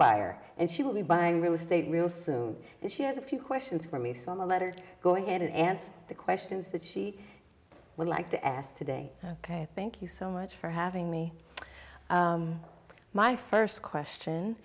buyer and she will be buying real estate real soon and she has a few questions for me so my letter go ahead and answer the questions that she would like to ask today ok thank you so much for having me my first question